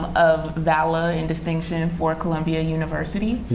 of valor and distinction and for columbia university.